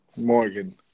Morgan